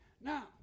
Now